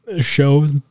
shows